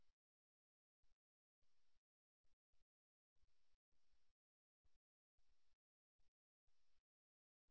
உரையாடலில் சேர்க்கப்படுவதற்கான வாய்ப்பை அதிகரிப்பதற்கான இரண்டாவது வழி பிரதிபலிப்பாகும்